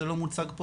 זה לא מוצג פה,